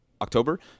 October